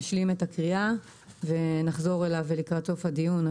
נשלים את הקריאה ונחזור אליו לקראת סוף הדיון,